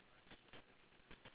so nothing ah that one